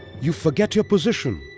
you forget your position.